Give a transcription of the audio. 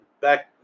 back